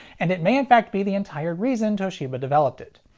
and it may in fact be the entire reason toshiba developed it.